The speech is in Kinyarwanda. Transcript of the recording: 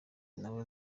nawe